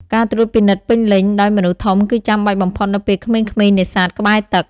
ការត្រួតពិនិត្យពេញលេញ ដោយមនុស្សធំគឺចាំបាច់បំផុតនៅពេលក្មេងៗនេសាទក្បែរទឹក។